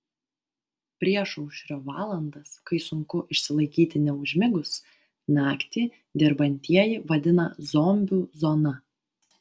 priešaušrio valandas kai sunku išsilaikyti neužmigus naktį dirbantieji vadina zombių zona